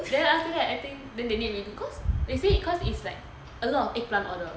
then after that I think they need to redo cause they say cause it's like a lot of eggplant order